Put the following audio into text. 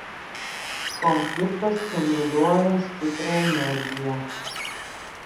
konfliktas spinduliuoja stiprią energiją